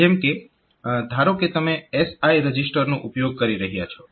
જેમ કે ધારો કે તમે SI રજીસ્ટરનો ઉપયોગ કરી રહ્યાં છો